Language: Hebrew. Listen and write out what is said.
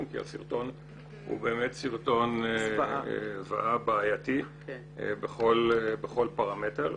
כי הסרטון הוא באמת סרטון בעייתי בכל פרמטר.